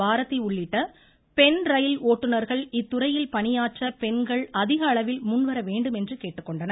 பாரதி உள்ளிட்ட பெண் ரயில் ஓட்டுநர்கள் இத்துறையில் பணியாற்ற பெண்கள் அதிகஅளவில் முன்வர வேண்டும் என்று கேட்டுக்கொண்டனர்